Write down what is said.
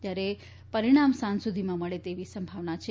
જ્યારે પરિણામે સાંજ સુધીમાં મળશે તેવી સંભાવના છે